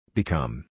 Become